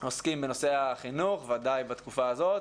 עוסקים בנושא החינוך, וודאי בתקופה הזאת,